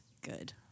good